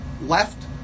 left